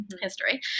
history